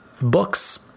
books